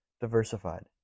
Diversified